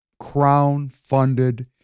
Crown-funded